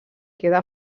queda